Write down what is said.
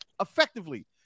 Effectively